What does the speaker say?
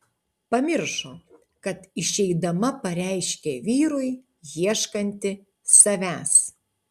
pamiršo kad išeidama pareiškė vyrui ieškanti savęs